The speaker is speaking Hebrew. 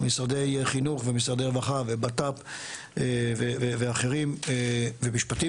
משרדי חינוך ומשרדי רווחה ובט"פ ואחרים ומשפטים